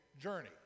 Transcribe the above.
journey